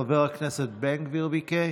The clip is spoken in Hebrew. חבר הכנסת בן גביר ביקש,